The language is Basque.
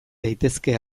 daitezke